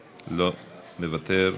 מוותר.